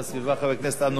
חבר הכנסת אמנון כהן.